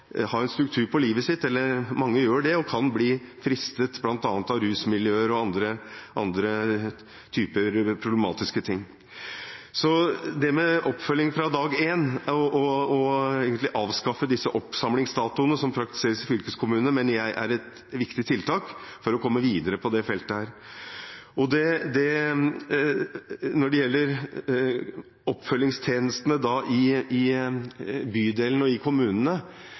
ha en struktur på livet sitt. Mange gjør det og kan bli fristet av bl.a. rusmiljøer og andre typer problematiske ting. Så det med oppfølging fra dag én og egentlig å avskaffe disse oppsamlingsdatoene som praktiseres i fylkeskommunene, mener jeg er et viktig tiltak for å komme videre på dette feltet. Når det gjelder oppfølgingstjenestene i bydelene og i kommunene,